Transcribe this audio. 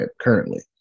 currently